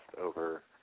over